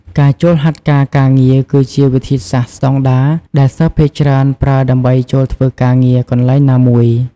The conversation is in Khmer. ការចូលហាត់ការការងារ គឺជាវិធីសាស្ត្រស្តង់ដារដែលសិស្សភាគច្រើនប្រើដើម្បីចូលធ្វើការងារកន្លែងណាមួយ។